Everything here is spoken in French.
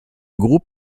groupe